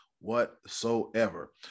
whatsoever